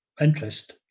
interest